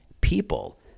People